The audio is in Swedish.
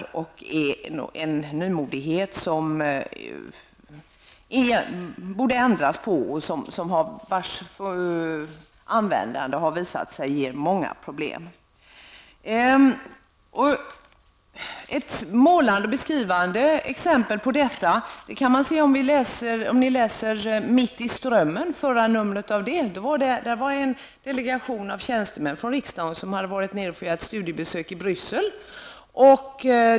Det här är en nymodighet som det borde ändras på, eftersom den har visat sig ge många problem vid användandet. Ett målande och beskrivande exempel på detta kan man se om man läser förra numret av Mitt i Strömmen. En delegation av tjänstemän från riksdagen hade varit nere i Bryssel för att göra ett studiebesök.